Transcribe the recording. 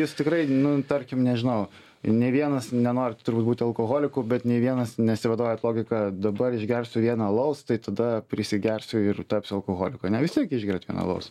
jūs tikrai nu tarkim nežinau ne vienas nenori būti alkoholiku bet nei vienas nesivadovaujat logika dabar išgersiu vieną alaus tai tada prisigersiu ir tapsiu alkoholiku ane vis tiek išgeriat vieną alaus